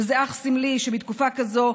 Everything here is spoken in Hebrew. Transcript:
וזה אך סמלי שבתקופה כזו,